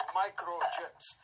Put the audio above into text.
microchips